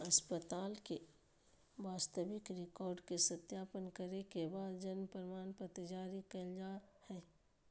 अस्पताल के वास्तविक रिकार्ड के सत्यापन करे के बाद जन्म प्रमाणपत्र जारी कइल जा हइ